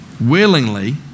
Willingly